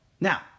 Now